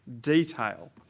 detail